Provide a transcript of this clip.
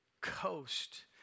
coast